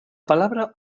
palabra